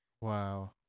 Wow